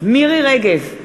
מירי רגב,